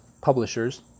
Publishers